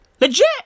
Legit